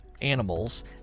animals